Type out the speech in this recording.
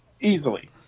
Easily